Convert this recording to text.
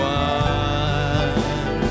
one